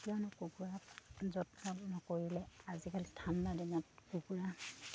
কিয়নো কুকুৰাক যত্ন নকৰিলে আজিকালি ঠাণ্ডা দিনত কুকুৰা